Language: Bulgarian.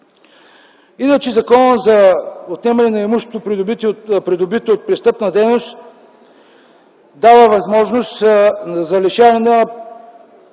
Иначе Законът за отнемане на имуществото, придобито от престъпна дейност, дава възможност за лишаване на